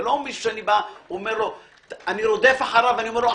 זה לא מישהו שאני רודף אחריו ואומר לו,